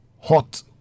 hot